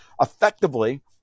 effectively